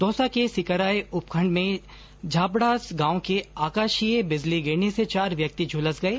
दौसा के सिकराय उपखण्ड में झापडास गांव में आकाशीय बिजली गिरने से चार व्यक्ति झुलस गये